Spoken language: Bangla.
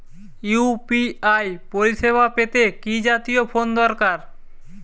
ইউ.পি.আই পরিসেবা পেতে কি জাতীয় ফোন দরকার?